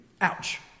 Ouch